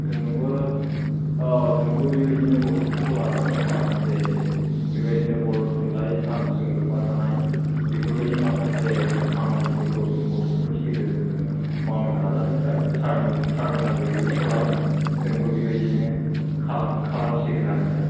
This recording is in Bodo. जोंबो औ जोंबो बिबायदिनो गथ'फोरखौ लानानै माखासे बेबायदिनो बर' थुनलाइ सानजों लोबबा थानाय बेफोर बायदि माखासे खामानिफोरखौ जों गथ'फोरनि गेजेरजों जोङो मावनो नाजादों सार सारमोन सारमोना जेरैबायदि खालामदों जोंबो बेबायदिनो खालाम खालामसिगोन आरो सार